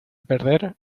perder